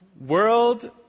world